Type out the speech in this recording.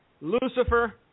Lucifer